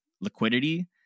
liquidity